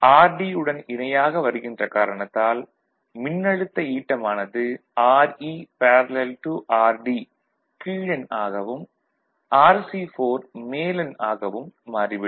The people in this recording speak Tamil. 1 V இந்த Re தடையம் rd உடன் இணையாக வருகின்ற காரணத்தால் மின்னழுத்த ஈட்டம் ஆனது Re || rd கீழெண் ஆகவும் Rc4 மேலெண் ஆகவும் மாறிவிடும்